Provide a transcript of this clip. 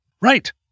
Right